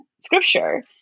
scripture